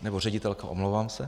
Nebo ředitelka, omlouvám se.